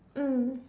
mm